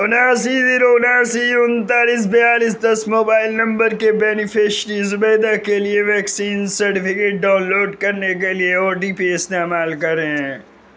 اناسی زیرو اناسی انتالیس بیالیس دس موبائل نمبر کے بینیفشیری زبیدہ کے لیے ویکسین سرٹیفکیٹ ڈاؤن لوڈ کرنے کے لیے او ٹی پی استعمال کریں